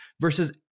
versus